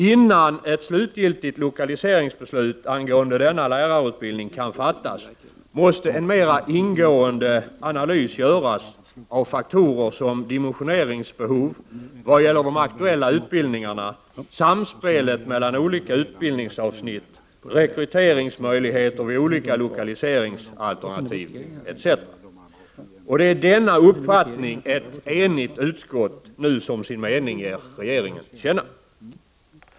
Innan ett slutgiltigt lokaliseringsbeslut angående denna lärarutbildning kan fattas måste en mer ingående analys göras av faktorer som dimensioneringsbehov när det gäller de aktuella utbildningarna, samspelet mellan olika utbildningsavsnitt, rekryteringsmöjligheter vid olika lokaliseringsalternativ, etc. Och det är denna uppfattning ett enigt utskott nu som sin mening ger regeringen till känna.